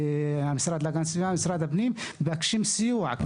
מהמשרד להגנת הסביבה וממשרד הפנים וביקשו סיוע.